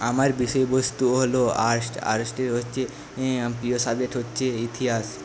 আমার বিষয়বস্তু হল আর্টস আর্টসের হচ্ছে প্রিয় সাবজেক্ট হচ্ছে ইতিহাস